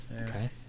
Okay